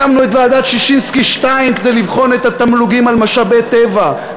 הקמנו את ועדת ששינסקי 2 כדי לבחון את התמלוגים על משאבי טבע.